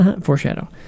Foreshadow